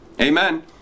Amen